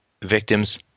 victims